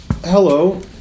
hello